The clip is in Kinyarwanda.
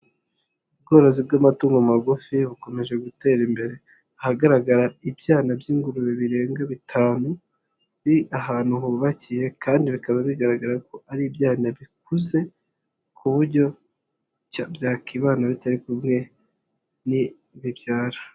Ubworozi bw'amatungo magufi bukomeje gutera imbere, ahagaragara ibyana by'ingurube birenga bitanu, ni ahantu hubakiye kandi bikaba bigaragara ko ari ibyana bikuze ku buryo byakibana bitari kumwe n'ibibyara.